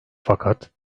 fakat